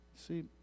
See